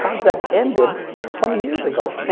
contract ended twenty years ago.